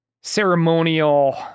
ceremonial